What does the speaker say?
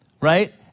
right